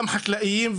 גם חקלאיים,